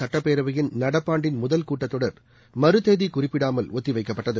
சட்டப்பேரவையின் நடப்பாண்டின் முதல் கூட்டத்தொடர் மறுதேதி குறிப்பிடாமல் ஒத்தி வைக்கப்பட்டது